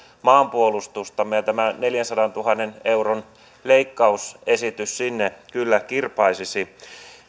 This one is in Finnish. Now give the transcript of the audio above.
maanpuolustustamme ja tämä neljänsadantuhannen euron leikkausesitys sinne kyllä kirpaisisi